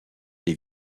des